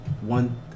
one